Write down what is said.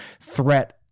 threat